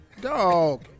dog